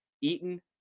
Eaton